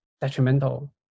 detrimental